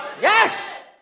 yes